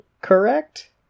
correct